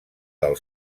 del